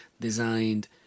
designed